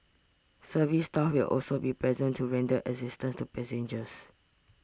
service staff will also be present to render assistance to passengers